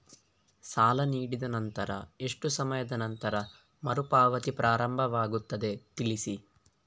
ಸಾಲ ನೀಡಿದ ನಂತರ ಎಷ್ಟು ಸಮಯದ ನಂತರ ಮರುಪಾವತಿ ಪ್ರಾರಂಭವಾಗುತ್ತದೆ ತಿಳಿಸಿ?